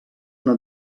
una